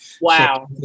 Wow